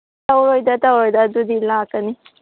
ꯇꯧꯔꯣꯏꯗ ꯇꯧꯔꯣꯏꯗ ꯑꯗꯨꯗꯤ ꯂꯥꯛꯀꯅꯤ